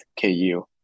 ku